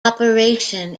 operation